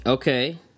Okay